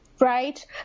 Right